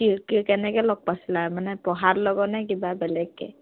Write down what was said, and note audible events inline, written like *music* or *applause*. *unintelligible* কেনেকে লগ পাইছিলা মানে পঢ়াৰ লগৰ নে কিবা বেলেগকে